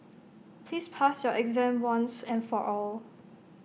please pass your exam once and for all